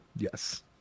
yes